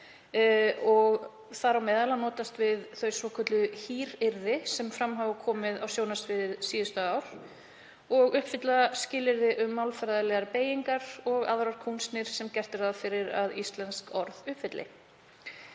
og þar á meðal að notast við hin svokölluðu hýryrði sem hafa komið fram á sjónarsviðið síðustu ár og uppfylla skilyrði um málfræðilegar beygingar og aðrar kúnstir sem gert er ráð fyrir að íslensk orð uppfylli.